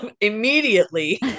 immediately